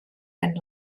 and